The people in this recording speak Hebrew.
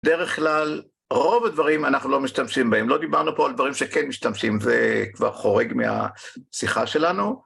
בדרך כלל רוב הדברים אנחנו לא משתמשים בהם, לא דיברנו פה על דברים שכן משתמשים וכבר חורג מהשיחה שלנו.